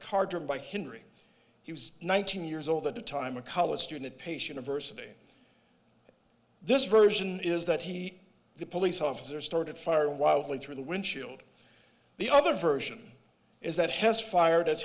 car driven by henri he was nineteen years old at the time a college student pace university this version is that he the police officer started firing wildly through the windshield the other version is that has fired as